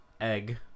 Egg